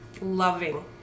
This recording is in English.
loving